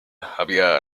había